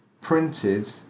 printed